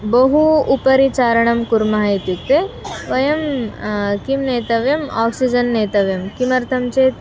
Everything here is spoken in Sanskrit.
बहु उपरि चारणं कुर्मः इत्युक्ते वयं किं नेतव्यम् आक्सिजन् नेतव्यं किमर्थं चेत्